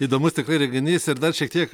įdomus tikrai reginys ir dar šiek tiek